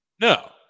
No